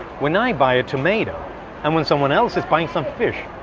when i buy a tomato and when someone else is buying some fish,